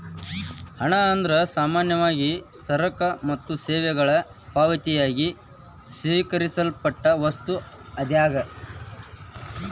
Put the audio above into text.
ಹಣ ಅಂದ್ರ ಸಾಮಾನ್ಯವಾಗಿ ಸರಕ ಮತ್ತ ಸೇವೆಗಳಿಗೆ ಪಾವತಿಯಾಗಿ ಸ್ವೇಕರಿಸಲ್ಪಟ್ಟ ವಸ್ತು ಆಗ್ಯಾದ